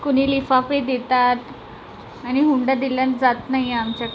कुणी लिफाफे देतात आणि हुंडा दिला जात नाही आमच्यात